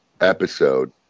episode